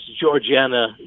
Georgiana